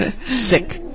sick